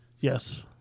Yes